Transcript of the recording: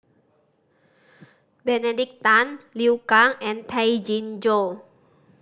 Benedict Tan Liu Kang and Tay Chin Joo